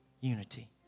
Unity